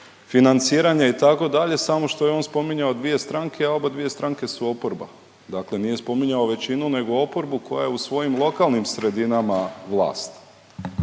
itd. samo što je on spominjao dvije stranke, a oba dvije stranke su oporba. Dakle, nije spominjao većinu, nego oporbu koja u svojim lokalnim sredinama vlast.